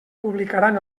publicaran